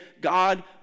God